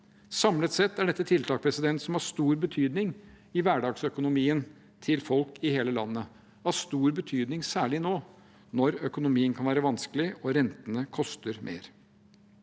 Samlet sett er dette tiltak som har stor betydning for hverdagsøkonomien til folk i hele landet. Det har stor betydning særlig nå som økonomien kan være vanskelig og rentene koster mer.